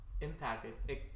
impacted